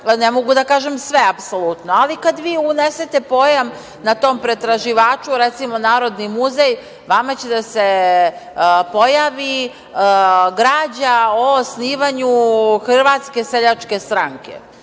ne mogu da kažem sve apsolutno, ali kad vi unesete pojam na tom pretraživaču, recimo Narodni muzej, vama će da se pojavi građa o osnivanju Hrvatske seljačke stranke.